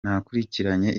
nakurikiranye